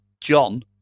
John